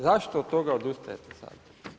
Zašto od toga odustajete sada?